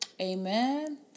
Amen